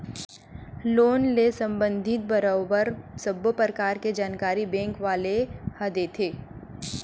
loan ले संबंधित बरोबर सब्बो परकार के जानकारी बेंक वाले ह देथे